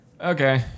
Okay